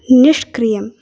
निष्क्रियम्